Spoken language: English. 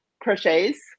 crochets